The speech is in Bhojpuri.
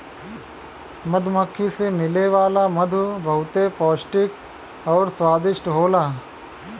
मधुमक्खी से मिले वाला मधु बहुते पौष्टिक आउर स्वादिष्ट होला